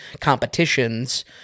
competitions